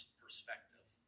perspective